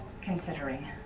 considering